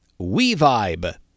WeVibe